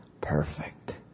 perfect